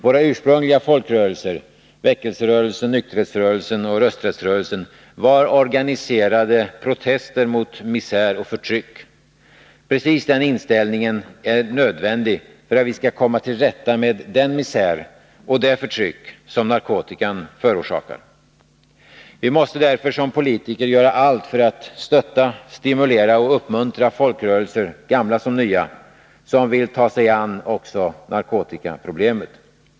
Våra ursprungliga folkrörelser — väckelserörelsen, nykterhetsrörelsen och rösträttsrörelsen — var organiserade protester mot misär och förtryck. Precis den inställningen är nödvändig för att vi skall komma till rätta med den misär och det förtryck som narkotikan förorsakar. Vi måste därför som politiker göra allt för att stötta, stimulera och uppmuntra folkrörelser — gamla som nya — att ta sig an också narkotikaproblemet.